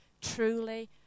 Truly